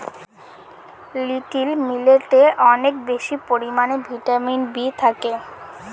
little মিলেটে অনেক বেশি পরিমানে ভিটামিন বি থাকে